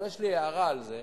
אבל יש לי הערה על זה: